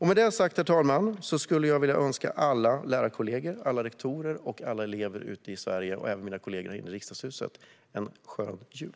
Herr talman! Med detta sagt önskar jag alla lärarkollegor, alla rektorer, alla elever i Sverige och även mina kollegor i Riksdagshuset en skön jul.